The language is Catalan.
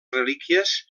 relíquies